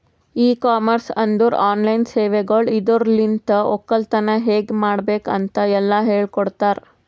E commerce ಅಂದುರ್ online ಸೇವೆಗೊಳ್ ಇದುರಲಿಂತ್ ಒಕ್ಕಲತನ ಹೇಗ್ ಮಾಡ್ಬೇಕ್ ಅಂತ್ ಎಲ್ಲಾ ಹೇಳಕೊಡ್ತಾರ್